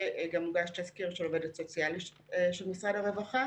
וגם מוגש תזכיר של עובדת סוציאלית של משרד הרווחה.